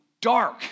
dark